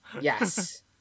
Yes